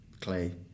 clay